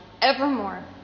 evermore